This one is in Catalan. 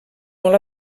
molt